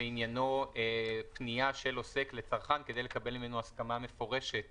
שעניינו פניה של עוסק לצרכן כדי לקבל ממנו הסכמה מפורשת